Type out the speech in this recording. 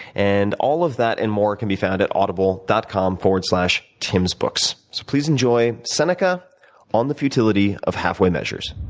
and all of that and more can be found at audible dot com slash timsbooks. so please enjoy seneca on the futility of half-way measures.